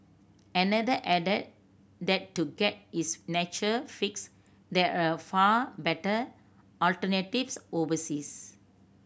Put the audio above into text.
another added that to get his nature fix there are far better alternatives overseas